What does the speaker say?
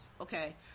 okay